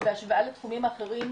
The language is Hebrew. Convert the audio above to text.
שבהשוואה לתחומים האחרים,